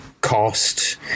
cost